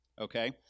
okay